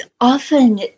often